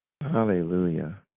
Hallelujah